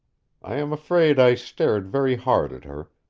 i am afraid i stared very hard at her,